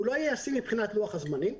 הוא לא יהיה ישים מבחינת לוח זמנים,